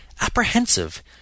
Apprehensive